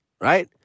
right